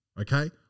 okay